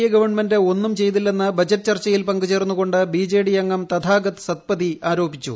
A government ഒന്നും ചെയ്തില്ലെന്ന് budget ചർച്ചയിൽ പങ്കുചേർന്നു കൊണ്ട് ബിജെഡി അംഗം തതാഗത സാദ്പതി ആരോപിച്ചു